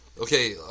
Okay